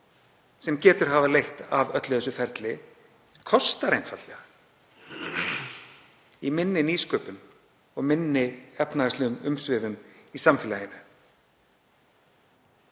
sem getur hafa leitt af öllu þessu ferli, leiðir einfaldlega til minni nýsköpunar og minni efnahagslegra umsvifa í samfélaginu.